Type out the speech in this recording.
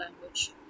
language